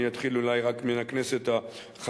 אני אתחיל אולי רק מן הכנסת החמש-עשרה,